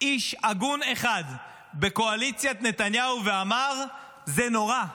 איש הגון אחד בקואליציית נתניהו ואמר: זה נורא,